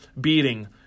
beating